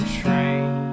train